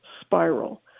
spiral